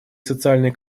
социальные